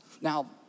Now